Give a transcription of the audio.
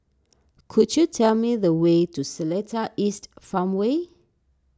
could you tell me the way to Seletar East Farmway